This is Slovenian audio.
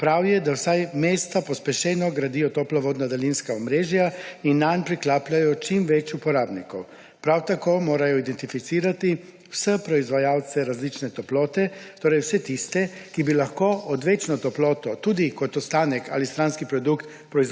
Prav je, da vsaj mesta pospešeno gradijo toplovodna daljinska omrežja in naj priklapljajo čim več uporabnikov. Prav tako morajo identificirati vse proizvajalce različne toplote, torej vse tiste, ki bi lahko odvečno toploto tudi kot ostanek ali stranki produkt